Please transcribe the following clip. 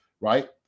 right